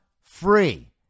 free